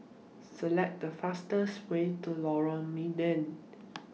Select The fastest Way to Lorong Mydin